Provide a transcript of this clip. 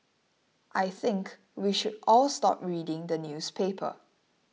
I think we should all stop reading the newspaper